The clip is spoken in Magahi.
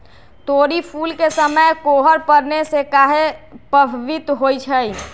तोरी फुल के समय कोहर पड़ने से काहे पभवित होई छई?